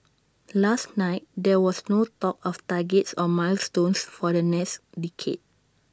last night there was no talk of targets or milestones for the next decade